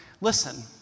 listen